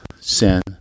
sin